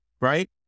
right